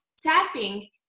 Tapping